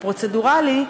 הפרוצדורלי,